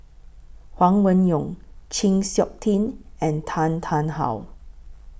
Huang Wenhong Chng Seok Tin and Tan Tarn How